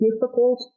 difficult